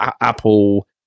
Apple